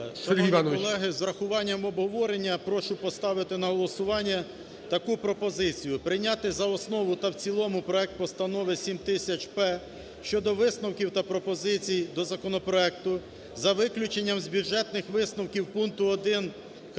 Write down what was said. колеги, з врахуванням обговорення, прошу поставити на голосування таку пропозицію. Прийняти за основу та в цілому проект Постанови (7000-П) щодо висновків та пропозицій до законопроекту, за виключенням з бюджетних висновків пункту 1.11